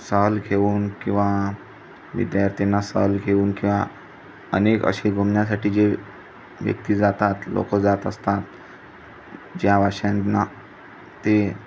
सहल घेऊन किंवा विद्यार्थ्यांंना सहल घेऊन किंवा अनेक असे घुमण्यासाठी जे व्यक्ती जातात लोकं जात असतात ज्या भाषांना ते